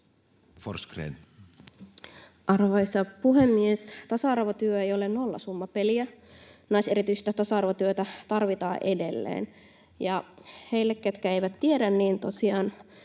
Arvoisa puhemies! Tasa-arvotyö ei ole nollasummapeliä. Naiserityistä tasa-arvotyötä tarvitaan edelleen. Ja heille, ketkä eivät tiedä, niin tosiaan